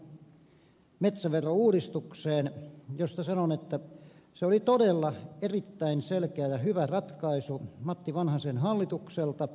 palaan vielä tähän metsäverouudistukseen josta sanon että se oli todella erittäin selkeä ja hyvä ratkaisu matti vanhasen hallitukselta